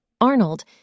Arnold